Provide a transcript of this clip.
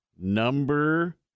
Number